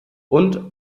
und